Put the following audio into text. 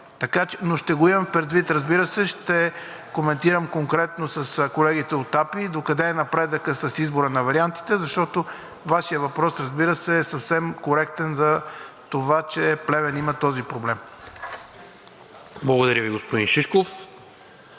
Ще го имам предвид, разбира се. Ще коментирам, контрактно с колегите от АПИ, докъде е напредъкът с избора на вариантите, защото Вашият въпрос, разбира се, е съвсем коректен за това, че Плевен има този проблем. ПРЕДСЕДАТЕЛ НИКОЛА МИНЧЕВ: